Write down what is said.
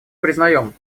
признаем